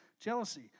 Jealousy